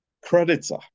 Creditor